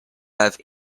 have